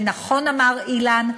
ונכון אמר אילן,